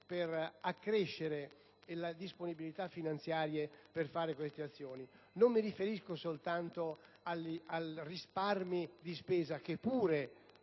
per accrescere le disponibilità finanziare per realizzare queste azioni. Non mi riferisco soltanto ai risparmi di spesa che pure,